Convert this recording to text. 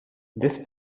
this